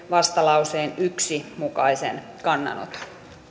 vastalauseen yhden mukaisen kannanoton